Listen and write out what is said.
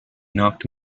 knocked